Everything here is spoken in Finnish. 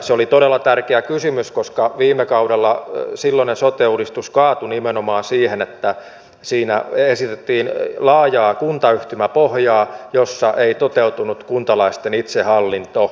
se oli todella tärkeä kysymys koska viime kaudella silloinen sote uudistus kaatui nimenomaan siihen että siinä esitettiin laajaa kuntayhtymäpohjaa jossa ei toteutunut kuntalaisten itsehallinto